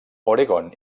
oregon